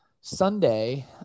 Sunday